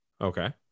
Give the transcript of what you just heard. okay